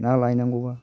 ना लायनांगौबा